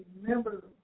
remember